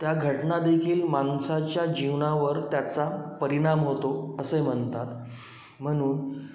त्या घटना देखील माणसाच्या जीवनावर त्याचा परिणाम होतो असे म्हणतात म्हणून